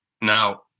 Now